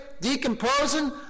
decomposing